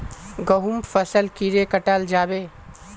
गहुम फसल कीड़े कटाल जाबे?